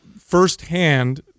firsthand